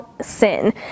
sin